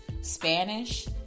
Spanish